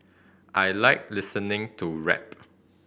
I like listening to rap